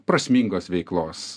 prasmingos veiklos